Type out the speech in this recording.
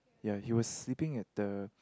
ya he was sleeping at the